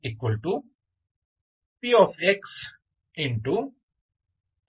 H